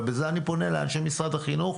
ובזה אני פונה לאנשי משרד החינוך,